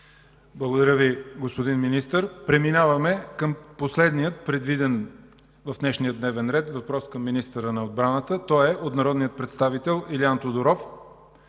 Благодаря Ви, господин Министър. Преминаваме към последния, предвиден в днешния дневен ред, въпрос към министъра на отбраната. Той е от народния представител Илиан Тодоров